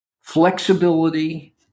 flexibility